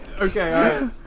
Okay